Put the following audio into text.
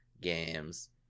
games